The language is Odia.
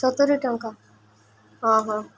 ସତୁୁରୀ ଟଙ୍କା ହଁ ହଁ